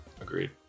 Agreed